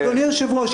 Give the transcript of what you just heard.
אדוני היושב-ראש,